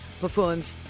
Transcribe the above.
performed